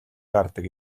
гардаг